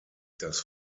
das